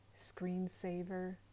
screensaver